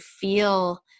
feel